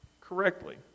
correctly